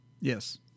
Yes